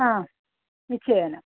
निश्चयेन